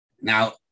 Now